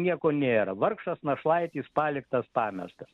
nieko nėra vargšas našlaitis paliktas pamestas